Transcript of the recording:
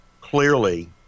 Clearly